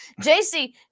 JC